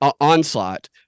onslaught